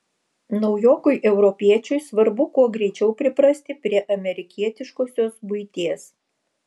naujokui europiečiui svarbu kuo greičiau priprasti prie amerikietiškosios buities